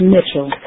Mitchell